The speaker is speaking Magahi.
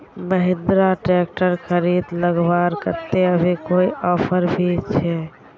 महिंद्रा ट्रैक्टर खरीद लगवार केते अभी कोई ऑफर भी छे?